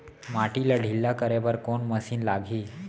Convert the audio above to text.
माटी ला ढिल्ला करे बर कोन मशीन लागही?